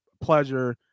pleasure